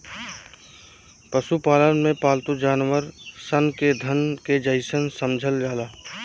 पशुपालन में पालतू जानवर सन के धन के जइसन समझल जाला